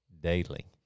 daily